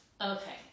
Okay